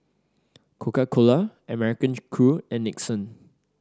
Coca Cola American Crew and Nixon